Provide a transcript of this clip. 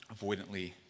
avoidantly